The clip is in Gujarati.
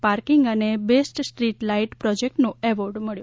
પાર્કીંગ અને બેસ્ટ સ્ટ્રીટ લાઇટ પ્રોજેક્ટનો એવોર્ડ મબ્યો